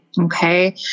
Okay